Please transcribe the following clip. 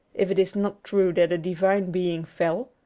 if it is not true that a divine being fell,